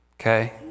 okay